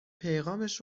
پیغامش